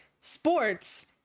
sports